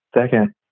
second